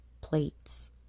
plates